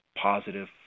positive